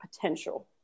potential